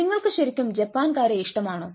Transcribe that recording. നിങ്ങൾക്ക് ശരിക്കും ജപ്പാൻക്കാരെ ഇഷ്ടമാണോ